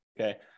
okay